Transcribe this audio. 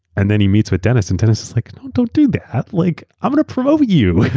and then he meets with dennis. and dennis is like don't don't do that, like i'm going to promote you.